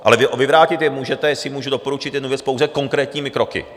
Ale vyvrátit je můžete, jestli můžu doporučit jednu věc, pouze konkrétními kroky.